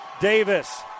Davis